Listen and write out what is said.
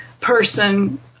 person